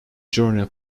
journal